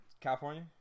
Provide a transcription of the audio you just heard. California